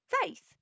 faith